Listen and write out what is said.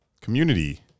community